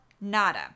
Nada